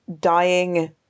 dying